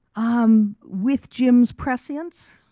um with jim's prescience,